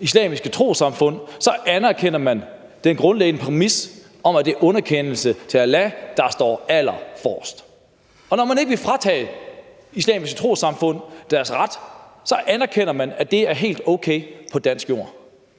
islamiske trossamfund, anerkender man den grundlæggende præmis om, at det er underkastelse til Allah, der står allerforrest. Og når man ikke vil fratage islamiske trossamfund deres ret, anerkender man, at det er helt okay på dansk jord.